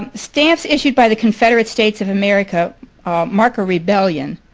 um stamps issued by the confederate states of america mark a rebellion,